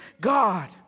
God